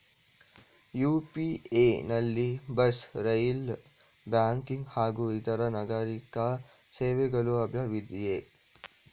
UPI ನಲ್ಲಿ bus, railway booking ಹಾಗೂ ಇತರೆ ನಾಗರೀಕ ಸೇವೆಗಳು ಲಭ್ಯವಿದೆಯೇ?